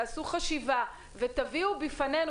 תעשו חשיבה ותביאו בפנינו,